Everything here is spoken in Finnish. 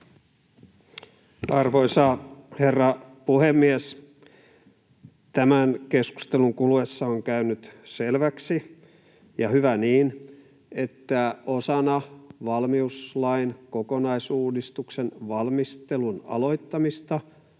Arvoisa herra puhemies! Tämän keskustelun kuluessa on käynyt selväksi — ja hyvä niin — että osana valmiuslain kokonaisuudistuksen valmistelun aloittamista